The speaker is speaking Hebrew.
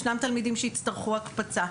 ישנם תלמידים שיצטרכו הקפצה,